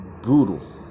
brutal